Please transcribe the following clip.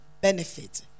Benefit